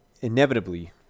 inevitably